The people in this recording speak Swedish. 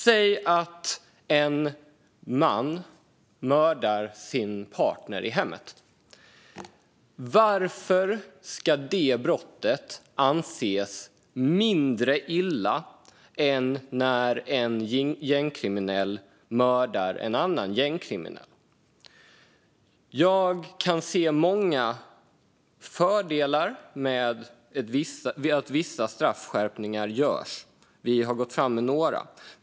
Säg att en man mördar sin partner i hemmet - varför ska det brottet anses mindre grovt än när en gängkriminell mördar en annan gängkriminell? Jag kan se många fördelar med att vissa straffskärpningar görs. Miljöpartiet har gått fram med några.